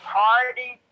party